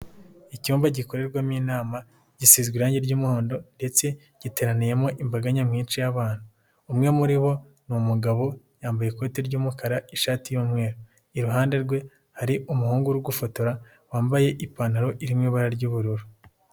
Icyumba gikorerwamo inama, gisize irangi ry'umuhondo ndetse giteraniyemo imbaga nyamwinshi y'abantu. Umwe muri bo ni umugabo, yambaye ikoti ry'umukara n'ishati y'umweru. Iruhande rwe hari umuhungu uri gufotora wambaye ipantaro irimo ibara ry'ubururu.